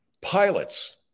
Pilots